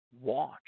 Watch